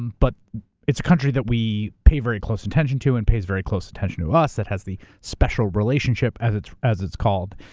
but it's a country that we pay very close attention to, and pays very close attention to us, that has the special relationship, as it's as it's called.